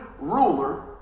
ruler